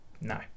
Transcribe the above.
no